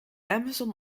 amazon